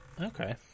Okay